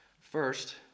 First